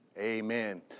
Amen